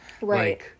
Right